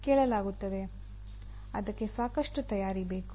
ಅದಕ್ಕೆ ಸಾಕಷ್ಟು ತಯಾರಿ ಬೇಕು